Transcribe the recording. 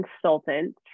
consultant